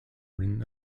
written